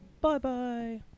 Bye-bye